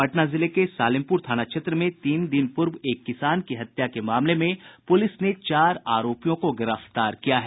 पटना जिले के सालिमपुर थाना क्षेत्र में तीन दिन पूर्व एक किसान की हत्या के मामले में पुलिस ने चार आरोपियों को गिरफ्तार कर लिया है